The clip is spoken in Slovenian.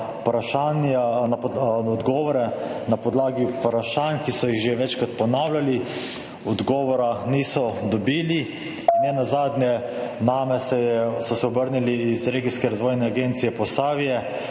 odgovore na podlagi vprašanj, ki so jih že večkrat ponavljali. Odgovora niso dobili. Nenazadnje so se name obrnili iz Regionalne razvojne agencije Posavje,